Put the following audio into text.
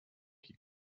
qui